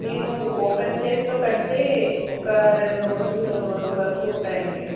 మీరు ఓపెన్ ప్లేసులో పెడితే ఒక రెండు రోజులు మూడు రోజులు వరకు ఉంటాయి అండి